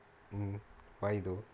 mmhmm why though